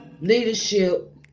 leadership